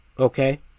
Okay